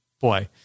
boy